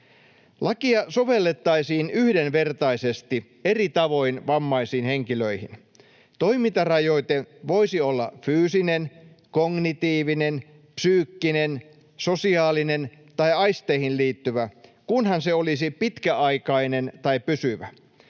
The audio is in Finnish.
Lakia sovellettaisiin yhdenvertaisesti eri tavoin vammaisiin henkilöihin. Toimintarajoite voisi olla fyysinen, kognitiivinen, psyykkinen, sosiaalinen tai aisteihin liittyvä, kunhan se olisi pitkäaikainen tai pysyvä.